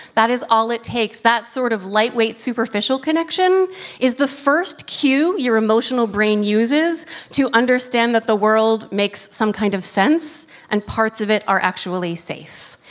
that is all it takes. that sort of lightweight superficial connection is the first cue your emotional brain uses to understand that the world makes some kind of sense and parts of it are actually safe.